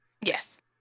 Yes